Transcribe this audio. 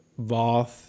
Voth